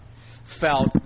felt